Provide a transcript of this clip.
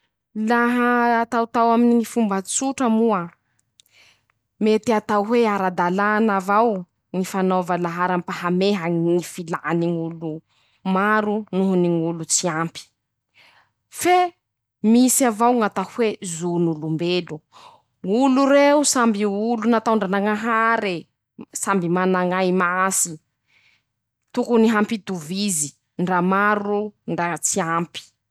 Laha ataotao aminy ñy fomba tsotra moa, mety atao hoe ara-dalàna avao ñy fanaova laharam-pameha ñy filàny ñ'olo maro noho ny ñ'olo tsy ampy; fe misy avao ñ'atao hoe zon'olombelo, olo reo samby olo nataondranañahare, samby manañay masy, tokony hampitovizy, ndra maro ndra tsy ampy.